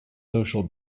social